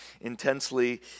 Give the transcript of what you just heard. intensely